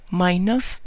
minus